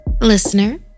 Listener